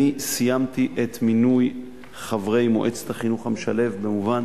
אני סיימתי את מינוי חברי מועצת החינוך המשלב במובן